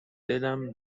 دلم